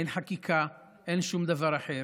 אין חקיקה, אין שום דבר אחר.